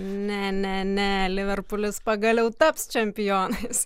ne ne ne liverpulis pagaliau taps čempionais